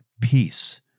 Peace